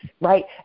right